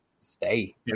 stay